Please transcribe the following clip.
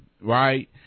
right